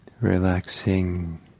Relaxing